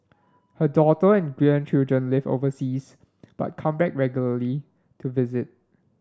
her daughter and grandchildren live overseas but come back regularly to visit